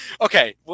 okay